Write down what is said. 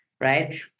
right